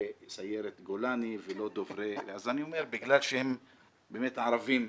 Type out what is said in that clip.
סיירת גולני ולא דוברי אז אני אומר: בגלל שהם באמת ערבים,